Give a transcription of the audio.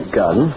gun